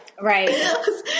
Right